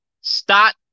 start